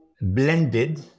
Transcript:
blended